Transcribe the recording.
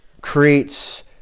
creates